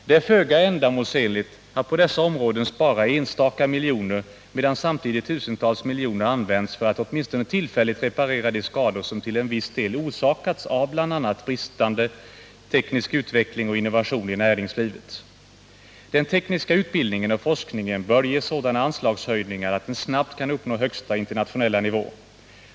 Det är föga ändamålsenligt att på dessa områden spara enstaka miljoner, medan samtidigt tusentals miljoner används för att åtminstone tillfälligt reparera de skador som till viss del orsakats av bl.a. bristande teknisk utveckling och innovation i näringslivet. Den tekniska utbildningen och forskningen bör ges sådana anslagshöjningar att den snabbt kan uppnå högsta internationella nivå.